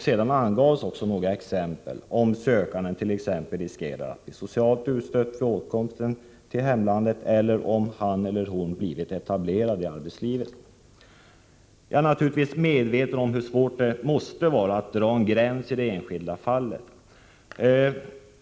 Sedan gavs också några exempel, t.ex. om den sökande riskerar att bli socialt utstött vid återkomsten till hemlandet eller om han eller hon blivit etablerad i arbetslivet. Jag är naturligtvis medveten om hur svårt det måste vara att dra en gräns i det enskilda fallet.